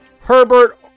herbert